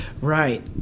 Right